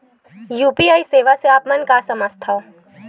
UPI सेवा से आप मन का समझ थान?